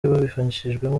babifashijwemo